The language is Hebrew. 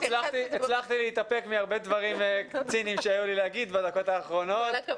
הצלחתי להתאפק בהרבה דברים ציניים שהיו לי להגיד בדקות האחרונות.